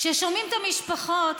כששומעים את המשפחות,